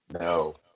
No